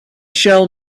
shall